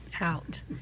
out